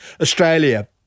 Australia